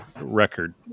record